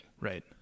Right